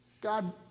God